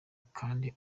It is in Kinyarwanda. kandi